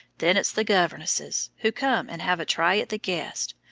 then it's the governesses, who come and have a try at the guests,